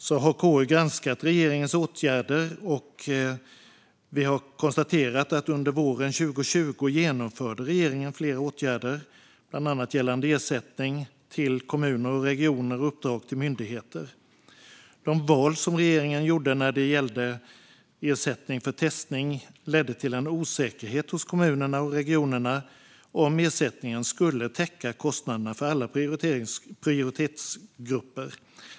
Vi har konstaterat att regeringen under våren 2020 genomförde flera åtgärder, bland annat gällande ersättning till kommuner och regioner och uppdrag till myndigheter. De val som regeringen gjorde när det gäller ersättning för testning ledde till en osäkerhet hos kommunerna och regionerna om ersättningen skulle täcka kostnaderna för alla prioritetsgrupper.